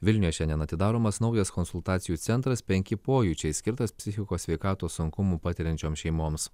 vilniuje šiandien atidaromas naujas konsultacijų centras penki pojūčiai skirtas psichikos sveikatos sunkumų patiriančioms šeimoms